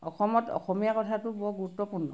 অসমত অসমীয়া কথাটো বৰ গুৰুত্বপূৰ্ণ